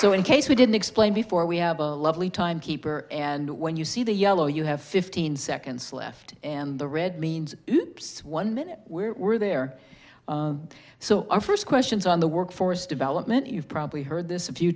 you in case we didn't explain before we have a lovely time keeper and when you see the yellow you have fifteen seconds left and the red means one minute we were there so our first questions on the workforce development you've probably heard this a few